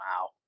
Wow